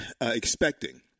expecting